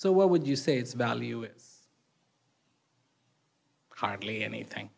so where would you say its value is hardly anything